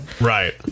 Right